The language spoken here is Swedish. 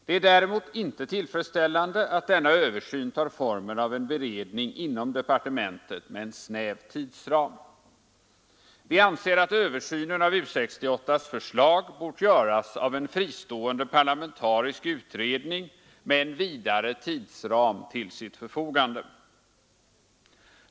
Det är däremot icke tillfredsställande att denna översyn tar formen av en beredning inom departementet med en snäv tidsram. Vi anser att översynen av U 68:s förslag bort göras av en fristående parlamentarisk utredning med en vidare tidsram till sitt förfogande.